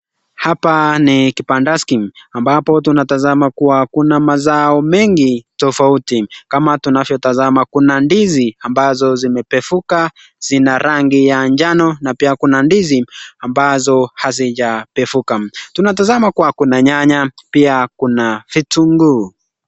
Hapa ni kipandaski ambapo tunatasama kuwa kuna mazao mengi tofauti kama tunavyotazama kuna ndizi ambazo zimepevuka zina rangi ya njano na pia kuna ndizi ambazo hazijapevuka. Tunatazama kuwa kuna nyanya, pia kuna vitunguu.